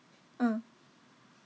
ah